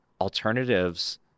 alternatives